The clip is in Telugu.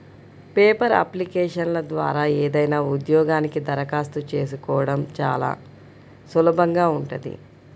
పేపర్ అప్లికేషన్ల ద్వారా ఏదైనా ఉద్యోగానికి దరఖాస్తు చేసుకోడం చానా సులభంగా ఉంటది